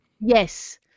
Yes